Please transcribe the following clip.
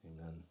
Amen